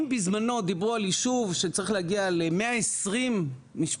אם בזמנו דיברו על יישוב שצריך להגיע ל-120 משפחות,